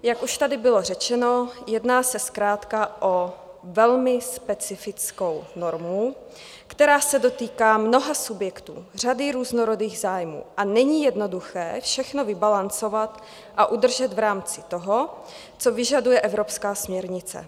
Jak už tady bylo řečeno, jedná se zkrátka o velmi specifickou normu, která se dotýká mnoha subjektů, řady různorodých zájmů a není jednoduché všechno vybalancovat a udržet v rámci toho, co vyžaduje evropská směrnice.